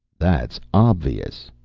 that's obvious!